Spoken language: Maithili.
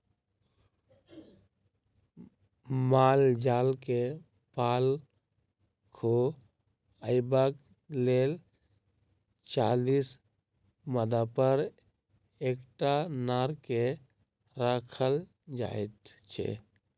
माल जाल के पाल खुअयबाक लेल चालीस मादापर एकटा नर के राखल जाइत छै